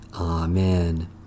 Amen